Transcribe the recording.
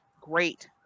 great